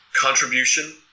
contribution